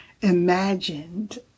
imagined